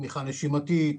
תמיכה נשמיתית,